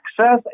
access